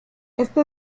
este